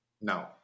No